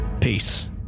Peace